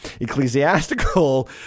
Ecclesiastical